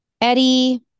Eddie